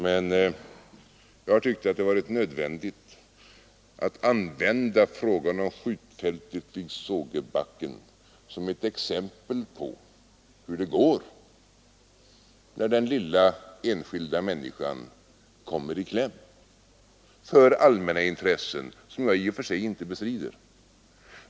Men jag har ansett det nödvändigt att använda frågan om en skjutbana vid Sågebacken såsom ett exempel på hur det går när den lilla enskilda människan kommer i kläm för allmänna intressen, som jag i och för sig inte bestrider.